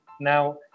Now